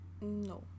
No